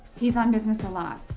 he's on business a lot.